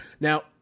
Now